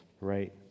right